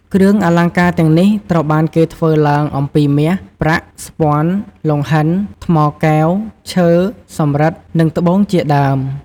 គ្រឿងអលង្ការទាំងនេះត្រូវបានគេធ្វើឡើងអំពីមាស ប្រាក់ ស្ព័ន លង្ហិន ថ្មកែវ ឈើ សំរិទ្ធ និងត្បូងជាដើម។